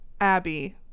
Abby